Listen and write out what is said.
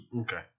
Okay